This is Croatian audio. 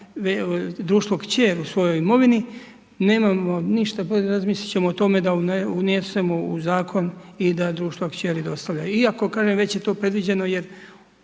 društvo kćer u svojoj imovini. Nemamo ništa, razmisliti ćemo o tome da unesemo u zakon i da društva kćeri dostavlja. Iako, kažem, već je to predviđeno, jer